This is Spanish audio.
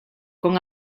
con